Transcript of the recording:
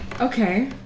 Okay